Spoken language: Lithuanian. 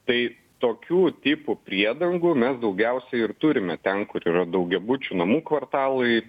tai tokių tipų priedangų mes daugiausiai ir turime ten kur yra daugiabučių namų kvartalai